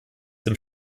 dem